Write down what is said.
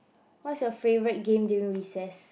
what is you favorite game during recess